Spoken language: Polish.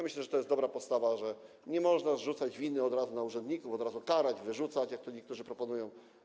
Myślę, że to jest dobra postawa, że nie można zrzucać winy od razu na urzędników, od razu karać, wyrzucać, jak to niektórzy proponują.